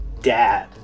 dad